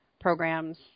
programs